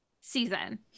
season